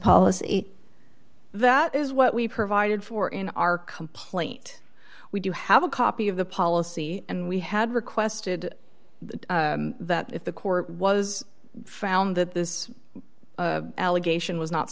policy that is what we provided for in our complaint we do have a copy of the policy and we had requested that if the court was found that this allegation was not